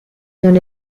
non